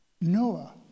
Noah